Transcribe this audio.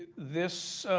this